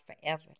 forever